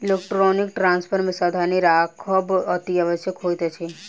electronic transfer मे सावधानी राखब अतिआवश्यक होइत अछि